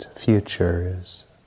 futures